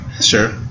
Sure